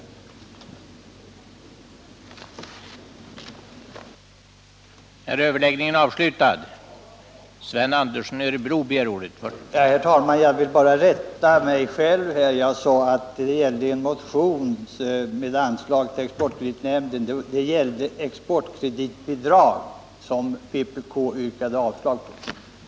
Herr talman! Jag vill bara rätta mig själv där jag sade att det gällde en Torsdagen den motion om anslag till exportkreditnämnden. Det gällde exportkreditbidrag 22 mars 1979 som vpk yrkade avslag på.